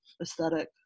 aesthetic